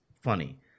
funny